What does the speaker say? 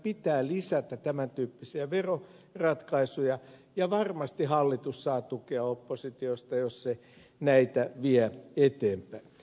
meidän pitää lisätä tämän tyyppisiä veroratkaisuja ja varmasti hallitus saa tukea oppositiosta jos se näitä vie eteenpäin